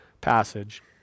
passage